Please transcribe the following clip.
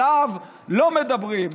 עליו לא מדברים,